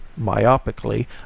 myopically